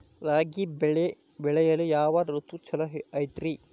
ರಾಗಿ ಬೆಳೆ ಬೆಳೆಯಲು ಯಾವ ಋತು ಛಲೋ ಐತ್ರಿ?